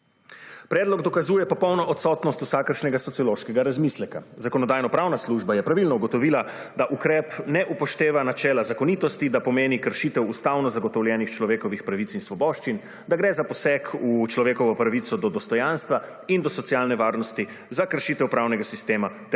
Predlog dokazuje popolno odsotnost vsakršnega sociološkega razmisleka. Zakonodajno-pravna služba je pravilno ugotovila, da ukrep ne upošteva načela zakonitosti, da pomeni kršitev 34. TRAK: (NB) – 12.45 (Nadaljevanje) ustavno zagotovljenih človekovih pravic in svoboščin, da gre za poseg v človekovo pravico do dostojanstva in do socialne varnosti za kršitev pranega sistema ter